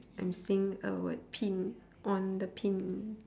I'm seeing a word pin on the pin